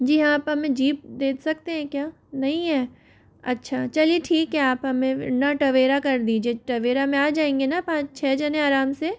जी हाँ आप हमें जीप दे सकते हैं क्या नहीं है अच्छा चलिए ठीक है आप हमें ना टवेरा कर दीजिए टवेरा में आ जाएंगे ना पाँच छः जन आराम से